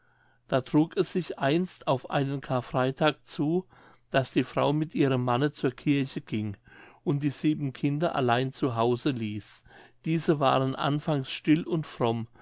da trug es sich einst auf einen charfreitag zu daß die frau mit ihrem manne zur kirche ging und die sieben kinder allein zu hause ließ diese waren anfangs still und fromm